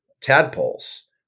tadpoles